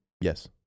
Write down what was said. Yes